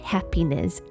Happiness